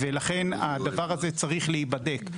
לכן, הדבר הזה צריך להיבדק.